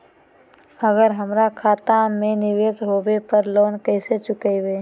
अगर हमरा खेती में निवेस होवे पर लोन कैसे चुकाइबे?